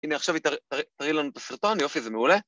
הנה עכשיו תראי לנו את הסרטון, יופי, זה מעולה.